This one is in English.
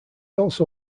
also